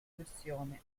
versioni